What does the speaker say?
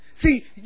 See